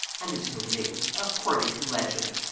and is so named, according to legend,